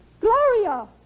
Gloria